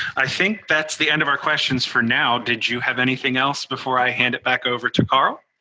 i think that's the end of our questions for now. did you have anything else before i hand it back over to carl?